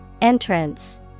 Entrance